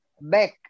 back